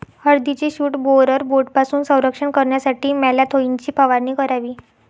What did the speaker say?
हळदीचे shoot borer बोर्डपासून संरक्षण करण्यासाठी मॅलाथोईनची फवारणी करावी